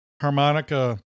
harmonica